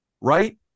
right